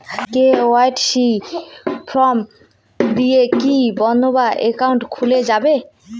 KYC form দিয়ে কি বন্ধ একাউন্ট খুলে যাবে?